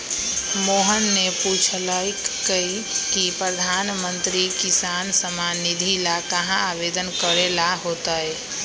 मोहन ने पूछल कई की प्रधानमंत्री किसान सम्मान निधि ला कहाँ आवेदन करे ला होतय?